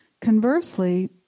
Conversely